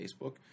Facebook